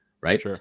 right